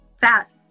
fat